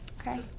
Okay